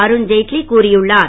அருண் ஜெட்லி கூறியுள்ளார்